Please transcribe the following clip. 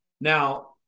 Now